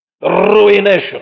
Ruination